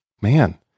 Man